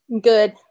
Good